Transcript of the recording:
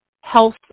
health